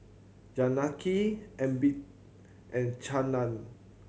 Janaki Amitabh and Chanda